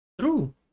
true